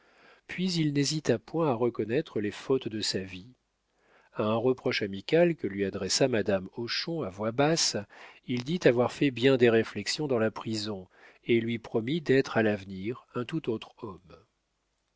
puis il n'hésita point à reconnaître les fautes de sa vie a un reproche amical que lui adressa madame hochon à voix basse il dit avoir bien fait des réflexions dans la prison et lui promit d'être à l'avenir un tout autre homme